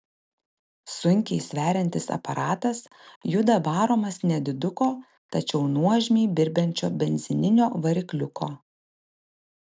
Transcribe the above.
sunkiai sveriantis aparatas juda varomas nediduko tačiau nuožmiai birbiančio benzininio varikliuko